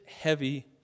heavy